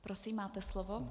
Prosím, máte slovo.